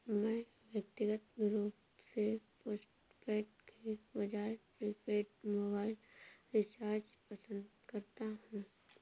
मैं व्यक्तिगत रूप से पोस्टपेड के बजाय प्रीपेड मोबाइल रिचार्ज पसंद करता हूं